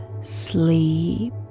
sleep